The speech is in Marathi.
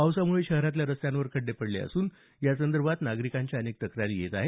पावसामुळे शहरातल्या रस्त्यांवर खड्डे पडले असून यासंदर्भात नागरिकांच्या अनेक तक्रारी येत आहेत